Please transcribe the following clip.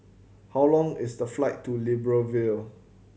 how long is the flight to Libreville